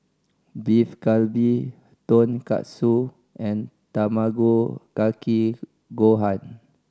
Beef Galbi Tonkatsu and Tamago Kake Gohan